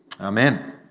Amen